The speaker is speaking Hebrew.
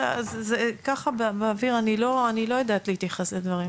ככה באוויר אני לא יודעת להתייחס לדברים.